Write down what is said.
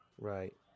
Right